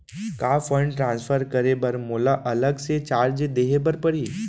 का fund transfer करे बर मोला अलग से चार्ज देहे बर परही?